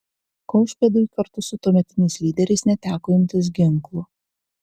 kaušpėdui kartu su tuometiniais lyderiais neteko imtis ginklų